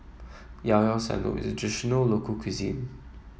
Llao Llao Sanum is a traditional local cuisine